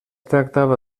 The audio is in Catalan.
tractava